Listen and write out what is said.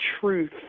truth